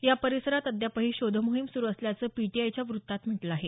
या परिसरात अद्यापही शोधमोहीम सुरु असल्याचं पीटीआयच्या वृत्तात म्हटलं आहे